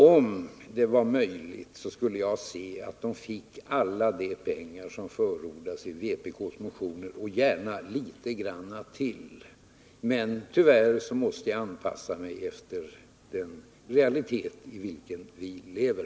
Om det var möjligt skulle jag vilja att de fick alla de pengar som förordas i vpk:s motioner och gärna litet till. Men tyvärr måste jag anpassa mig efter de ekonomiska realiteter under vilka vi lever.